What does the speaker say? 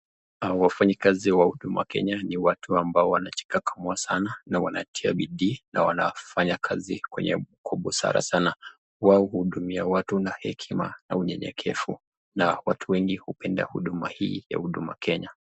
Wafanya kazi wa huduma Kenya ni watu ambao wanajikakamua sana na wanatia bidii na wanafanya kazi kwa ubusara sana. Wao huudumia watu na hekima na unyenyekevu na watu wengi hupenda huduma hii ya huduma Kenya.